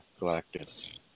Galactus